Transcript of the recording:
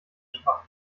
schwach